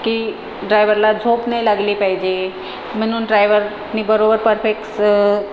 की ड्रायव्हरला झोप नाही लागली पाहिजे म्हणून ड्रायव्हरनी बरोबर परफेक स